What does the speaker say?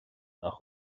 nach